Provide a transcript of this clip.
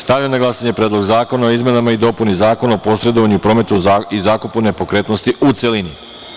Stavljam na glasanje Predlog zakona o izmenama i dopunama Zakona o posredovanju u prometu i zakupu nepokretnosti, u celini.